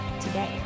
today